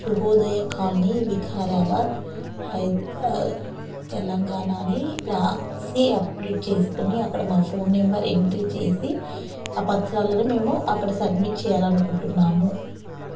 Shubhodaya colony Vikarabad Telangana అని రాసి update చేసుకోని అక్కడ మా ఫోన్ నెంబర్ ఎంట్రీ చేసి ఆ పత్రాలను మేము అక్కడ సబ్మిట్ చేయాలని అనుకుంటున్నాము